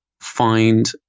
find